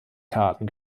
karten